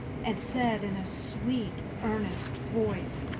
and said in a sweet, earnest voice